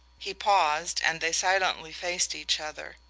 he paused, and they silently faced each other.